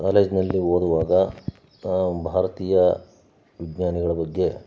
ಕಾಲೇಜ್ನಲ್ಲಿ ಓದುವಾಗ ಭಾರತೀಯ ವಿಜ್ಞಾನಿಗಳ ಬಗ್ಗೆ